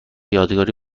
یادگاری